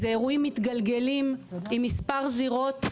אלה אירועים מתגלגלים עם מספר זירות.